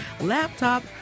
laptop